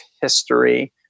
history